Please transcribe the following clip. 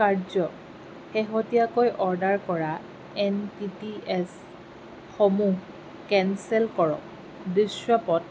কাৰ্য শেহতীয়াকৈ অৰ্ডাৰ কৰা এন টি টি এচসমূহ কেনচেল কৰক দৃশ্যপট